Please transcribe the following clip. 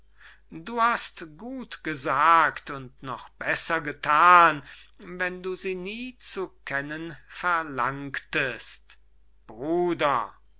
du hast gut gesagt und noch besser gethan wenn du sie nie zu kennen verlangtest bruder